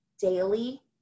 daily